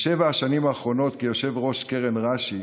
בשבע השנים האחרונות, כיושב-ראש קרן רש"י,